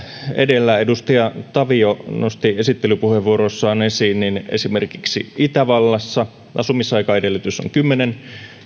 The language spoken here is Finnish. edellä edustaja tavio nosti esittelypuheenvuorossaan esiin esimerkiksi itävallassa asumisaikaedellytys on kymmenen vuotta